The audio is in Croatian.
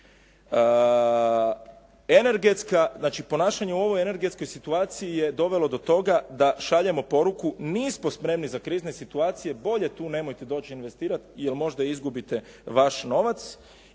ponašanje u ovoj energetskoj situaciji je dovelo do toga da šaljemo poruku nismo spremni za krizne situacije, bolje tu nemojte doći investirati jer možda izgubite vaš novac